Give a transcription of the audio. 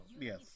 Yes